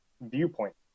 viewpoint